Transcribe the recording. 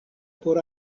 por